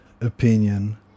opinion